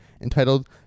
entitled